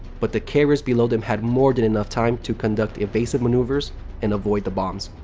but the carrier's below them had more than enough time to conduct evasive maneuvers and avoid the bombs.